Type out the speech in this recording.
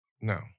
no